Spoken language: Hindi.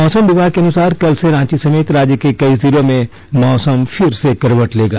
मौसम विभाग के अुनसार कल से रांची समेत राज्य के कई जिलों मौसम फिर से करवट लेगा